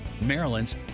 Maryland's